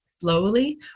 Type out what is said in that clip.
slowly